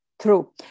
True